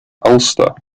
ulster